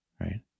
right